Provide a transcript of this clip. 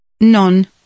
Non